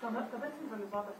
tuomet kada simbolizuotas